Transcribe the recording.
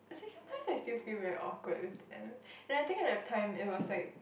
actually sometimes I still feel very awkward with them then I think that time it was like